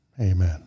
Amen